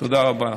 תודה רבה.